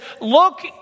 look